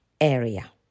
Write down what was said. area